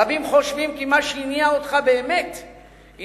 רבים חושבים כי מה שהניע אותך באמת היה